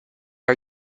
are